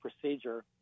procedure